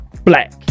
black